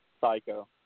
psycho